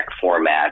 format